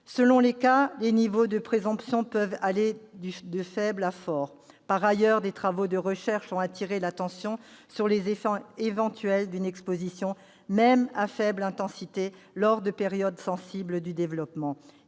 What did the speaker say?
Selon les cas, les niveaux de présomption peuvent aller de faible à fort. Par ailleurs, des travaux de recherche ont attiré l'attention sur les effets éventuels d'une exposition, même à faible intensité, lors de périodes sensibles du développement,